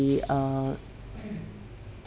the uh